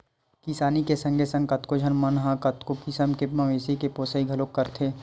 किसानी के संगे संग कतको झन मन ह कतको किसम के मवेशी के पोसई घलोक करथे